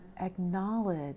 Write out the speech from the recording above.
acknowledge